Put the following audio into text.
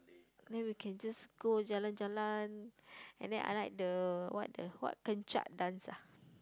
then we can just go jalan-jalan and then I like the what the what Kecak dance ah